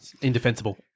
Indefensible